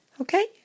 Okay